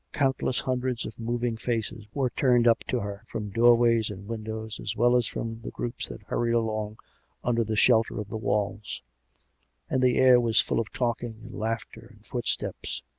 countless hun dreds of moving faces were turned up to her, from door ways and windows, as well as from the groups that hurried along under the shelter of the walls and the air was full of talking and laughter and footsteps.